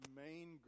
main